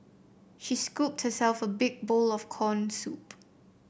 she scooped herself a big bowl of corn soup